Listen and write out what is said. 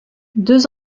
deux